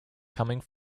coming